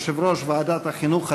יושב-ראש ועדת החינוך,